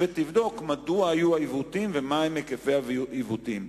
ותבדוק מדוע היו העיוותים ומהם היקפי העיוותים.